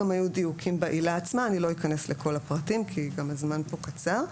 היו גם דיוקים בעילה עצמה ואני לא אכנס לכל הפרטים כי הזמן פה קצר.